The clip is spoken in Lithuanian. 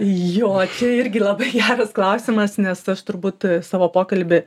jo čia irgi labai geras klausimas nes aš turbūt savo pokalbį